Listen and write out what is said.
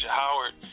howard